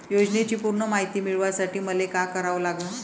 योजनेची पूर्ण मायती मिळवासाठी मले का करावं लागन?